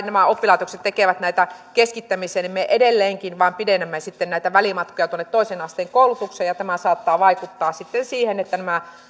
nämä oppilaitokset tekevät näitä keskittämisiä niin minkä tähden me edelleenkin vain pidennämme näitä välimatkoja toisen asteen koulutukseen tämä saattaa vaikuttaa sitten siihen että nämä